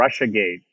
RussiaGate